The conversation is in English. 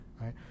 right